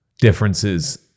differences